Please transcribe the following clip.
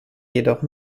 jedoch